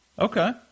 Okay